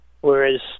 Whereas